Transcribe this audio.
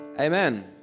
Amen